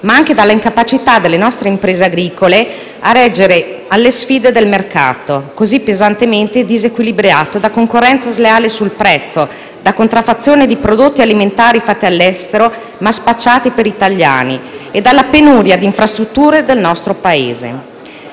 ma anche alla incapacità delle nostre imprese agricole a reggere alle sfide del mercato, così pesantemente disequilibrato da concorrenza sleale sul prezzo, da contraffazione di prodotti alimentari fatti all'estero ma spacciati per italiani e dalla penuria di infrastrutture del nostro sistema